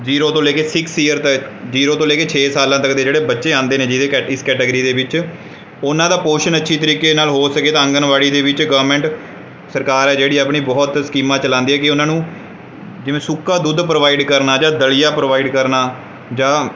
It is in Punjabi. ਜੀਰੋ ਤੋਂ ਲੈ ਕੇ ਸਿਕਸ ਯੀਅਰ ਤੱਕ ਜੀਰੋ ਤੋਂ ਲੈ ਕੇ ਛੇ ਸਾਲਾਂ ਤੱਕ ਦੇ ਜਿਹੜੇ ਬੱਚੇ ਆਉਂਦੇ ਨੇ ਜਿਹਦੇ ਕੈਟ ਇਸ ਕੈਟਾਗਰੀ ਦੇ ਵਿੱਚ ਉਹਨਾਂ ਦਾ ਪੋਸ਼ਣ ਅੱਛੇ ਤਰੀਕੇ ਨਾਲ ਹੋ ਸਕੇ ਤਾਂ ਆਂਗਣਵਾੜੀ ਦੇ ਵਿੱਚ ਗਵਰਮੈਂਟ ਸਰਕਾਰ ਆ ਜਿਹੜੀ ਆਪਣੀ ਬਹੁਤ ਸਕੀਮਾਂ ਚਲਾਉਂਦੀ ਹੈ ਕਿ ਉਹਨਾਂ ਨੂੰ ਜਿਵੇਂ ਸੁੱਕਾ ਦੁੱਧ ਪ੍ਰੋਵਾਈਡ ਕਰਨਾ ਜਾਂ ਦਲੀਆ ਪ੍ਰੋਵਾਈਡ ਕਰਨਾ ਜਾਂ